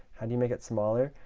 how do you make it smaller?